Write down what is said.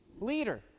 leader